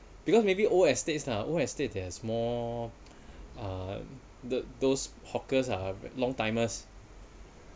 because maybe old estates ah old estates there's more uh the those hawkers uh long timers